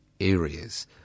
areas